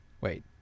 Wait